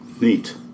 Neat